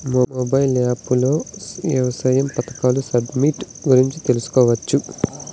Mobile app లో వ్యవసాయ పథకాల సబ్సిడి గురించి తెలుసుకోవచ్చా?